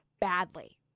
badly